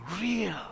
real